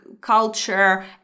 culture